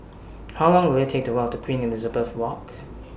How Long Will IT Take to Walk to Queen Elizabeth Walk